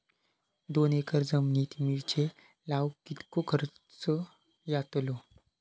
दोन एकर जमिनीत मिरचे लाऊक कितको खर्च यातलो?